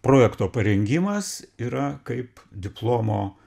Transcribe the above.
projekto parengimas yra kaip diplomo